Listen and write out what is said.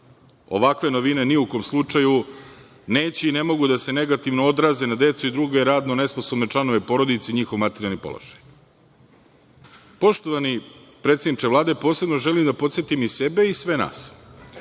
Ovakve novine ni u kom slučaju neće i ne mogu da se negativno odraze na decu i druge radno nesposobne članove porodice i njihov materijalni položaj. Poštovani predsedniče Vlade, posebno želim da podsetim i sebe i sve nas,